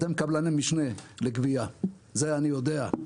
אתם קבלני משנה לגביה, את זה אני יודע.